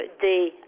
day